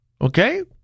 Okay